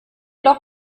doch